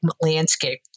landscape